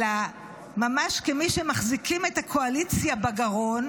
אלא ממש כמי שמחזיקים את הקואליציה בגרון,